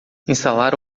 instalar